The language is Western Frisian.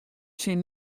tsjin